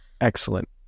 Excellent